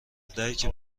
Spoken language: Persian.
درک